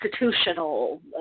institutional